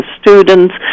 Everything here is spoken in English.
students